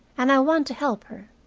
and i want to help her.